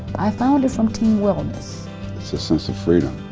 i found it from team wellness. it's a sense of freedom.